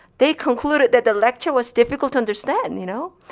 they concluded that the lecture was difficult to understand, and you know?